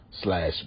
slash